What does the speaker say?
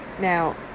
Now